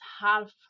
half